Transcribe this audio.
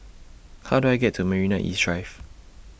How Do I get to Marina East Drive